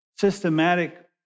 systematic